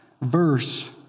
verse